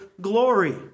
glory